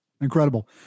incredible